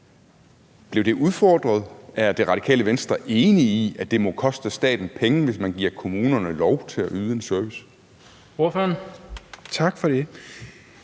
Blev det udfordret? Er Det Radikale Venstre enig i, at det må koste staten penge, hvis man giver kommunerne lov til at yde en service? Kl. 15:36 Den